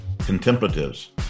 contemplatives